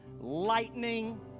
lightning